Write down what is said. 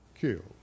killed